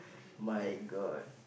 my god